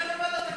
אז בואו נלך